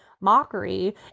mockery